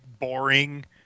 boring